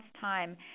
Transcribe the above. time